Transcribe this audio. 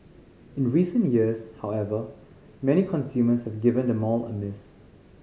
in recent years however many consumers have given the mall a miss